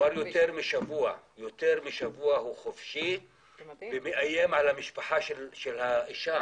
כבר יותר משבוע הוא חופשי ומאיים על המשפחה של האישה.